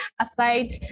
aside